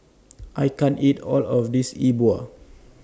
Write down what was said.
I can't eat All of This E Bua